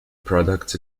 products